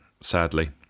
sadly